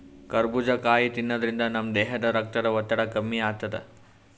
ಕರಬೂಜ್ ಕಾಯಿ ತಿನ್ನಾದ್ರಿನ್ದ ನಮ್ ದೇಹದ್ದ್ ರಕ್ತದ್ ಒತ್ತಡ ಕಮ್ಮಿ ಆತದ್